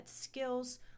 skills